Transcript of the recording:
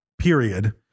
period